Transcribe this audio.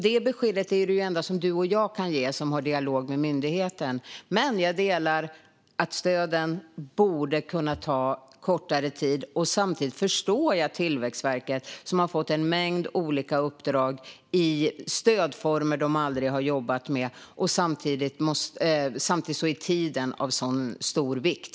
Det beskedet är också det enda som du och jag, som har en dialog med myndigheten, kan ge, Camilla Brodin. Jag håller med om att det borde kunna ta kortare tid att få stöden. Samtidigt förstår jag Tillväxtverket, som har fått en mängd olika uppdrag gällande stödformer som de aldrig har jobbat med samtidigt som tiden är av sådan stor vikt.